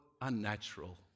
unnatural